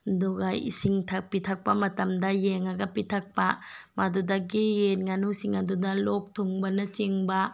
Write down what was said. ꯑꯗꯨꯒ ꯏꯁꯤꯡ ꯄꯤꯊꯛꯄ ꯃꯇꯝꯗ ꯌꯦꯡꯉꯒ ꯄꯤꯊꯛꯄ ꯃꯗꯨꯗꯒꯤ ꯌꯦꯟ ꯉꯥꯅꯨꯁꯤꯡ ꯑꯗꯨꯗ ꯂꯣꯛ ꯊꯨꯡꯕꯅ ꯆꯤꯡꯕ